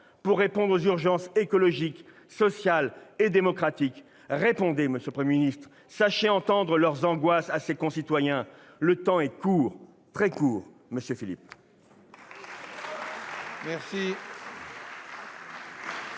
pour répondre aux urgences écologique, sociale et démocratique. Répondez, monsieur le Premier ministre, sachez entendre l'angoisse de nos concitoyens. Le temps est court, très court, monsieur Philippe